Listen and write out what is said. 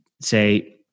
say